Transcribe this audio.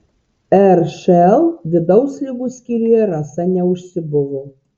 ršl vidaus ligų skyriuje rasa neužsibuvo